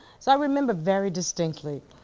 so i remember very distinctly,